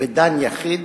בדן יחיד